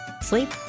sleep